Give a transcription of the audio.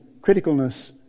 criticalness